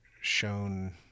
shown